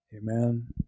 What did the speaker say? Amen